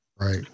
right